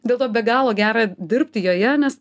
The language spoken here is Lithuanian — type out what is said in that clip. dėl to be galo gera dirbti joje nes